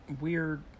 weird